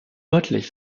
deutlich